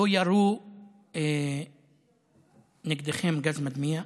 לא ירו נגדכם גז מדמיע.